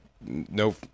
no